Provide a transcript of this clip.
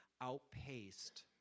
outpaced